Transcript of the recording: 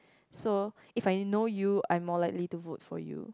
so if I know you I'm more likely to vote for you